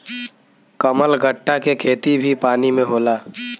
कमलगट्टा के खेती भी पानी में होला